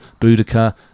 Boudicca